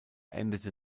endete